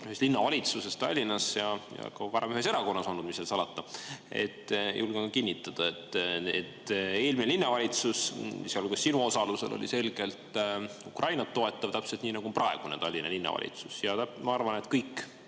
ühes linnavalitsuses Tallinnas ja varem ka ühes erakonnas olnud, mis seal salata, julgen kinnitada, et eelmine linnavalitsus, sealhulgas sinu osalusel, oli selgelt Ukrainat toetav, täpselt nii, nagu on praegune Tallinna Linnavalitsus. Ma arvan, et kõik